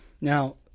Now